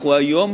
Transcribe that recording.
אנחנו היום